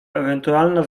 ewentualna